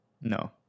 No